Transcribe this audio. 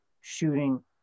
shooting